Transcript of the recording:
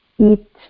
eat